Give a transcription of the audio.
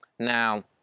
Now